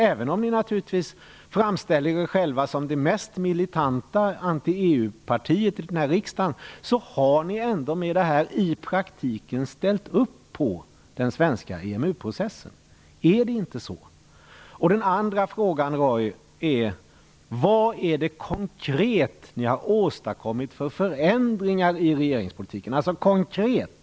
Även om ni naturligtvis framställer er själva som det mest militanta anti-EU-partiet i riksdagen, har ni i praktiken ställt upp på den svenska EMU-processen. Är det inte så? Den andra frågan till Roy Ottosson är: Vad är det ni konkret har åstadkommit för förändringar i regeringens politik?